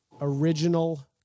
original